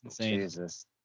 Jesus